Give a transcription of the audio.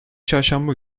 çarşamba